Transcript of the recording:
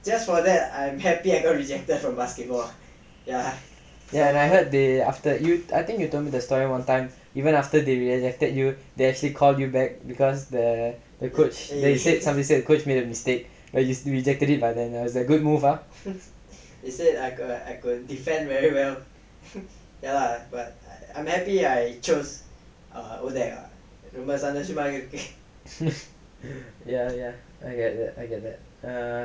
I heard they I think you told me the story one time even after they rejected you they actually called you back because the the coach somebody said the coach made a mistake but he rejected you by then it was a good move ah ya ya I get it I get it